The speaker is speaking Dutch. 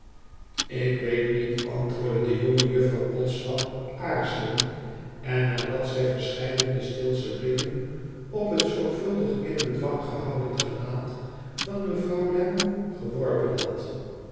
ik weet niet antwoordde de jonge juffrouw podsnap aarzelend en nadat zij verscheidene steelsche blikken op het zorgvuldig in bedwang gehouden gelaat van mevrouw lammie geworpen had